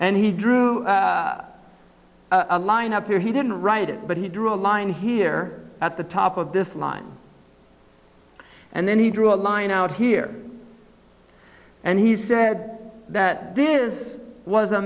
and he drew a line up there he didn't write it but he drew a line here at the top of this line and then he drew a line out here and he said that this was a